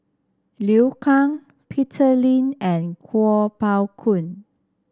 Liu Kang Peter Lee and Kuo Pao Kun